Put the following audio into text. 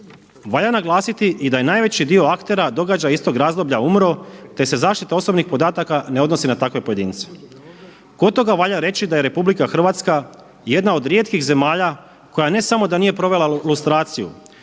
Valja naglasiti i da je najveći dio aktera događaja iz tog razdoblja umro, te se zaštita osobnih podataka ne odnosi na takve pojedince. Kod toga valja reći da je RH jedna od rijetkih zemalja koja ne samo da nije provela lustraciju,